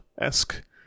esque